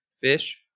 fish